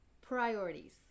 Priorities